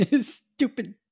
Stupid